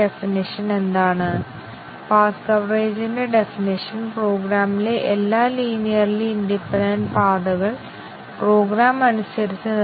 condition based ടെസ്റ്റിംഗിന്റെ ഒരു പ്രധാന പോരായ്മ ഒന്നിലധികം കണ്ടീഷൻ ടെസ്റ്റിംഗ് വളരെയധികം ടെസ്റ്റ് കേസുകൾ സൃഷ്ടിക്കുന്നു അതിനാൽ അത് അപ്രായോഗികമാണ്